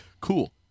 cool